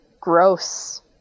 gross